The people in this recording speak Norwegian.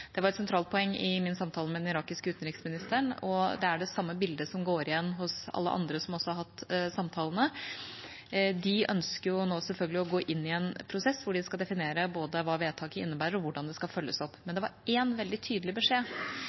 Det var et sentralt poeng i min samtale med den irakiske utenriksministeren. Det er det samme bildet som går igjen hos alle andre som også har hatt samtaler. De ønsker selvfølgelig nå å gå inn i en prosess hvor de skal definere både hva vedtaket innebærer, og hvordan det skal følges opp. Men det var én veldig tydelig beskjed,